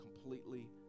completely